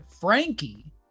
Frankie